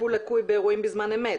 טיפול לקוי באירועים בזמן אמת,